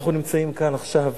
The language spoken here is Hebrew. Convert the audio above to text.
אנחנו נמצאים כאן עכשיו,